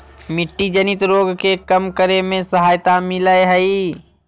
मिट्टी जनित रोग के कम करे में सहायता मिलैय हइ